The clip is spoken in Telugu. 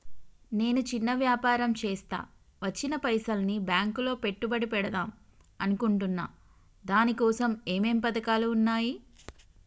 నేను చిన్న వ్యాపారం చేస్తా వచ్చిన పైసల్ని బ్యాంకులో పెట్టుబడి పెడదాం అనుకుంటున్నా దీనికోసం ఏమేం పథకాలు ఉన్నాయ్?